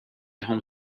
home